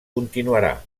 continuarà